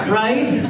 right